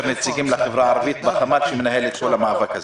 נציגים לחברה הערבית בחמ"ל שמנהל את כל המאבק הזה.